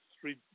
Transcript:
three